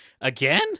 Again